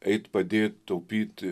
eit padėt taupyt